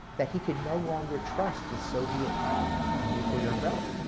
that he could no longer trust the soviet nuclear umbrella,